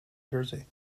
jersey